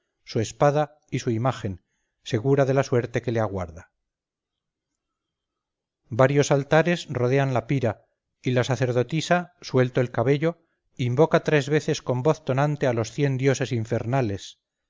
su espada y su imagen segura de la suerte que le aguarda varios altares rodean la pira y la sacerdotisa suelto el cabello invoca tres veces con voz tonante a los cien dioses infernales